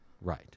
Right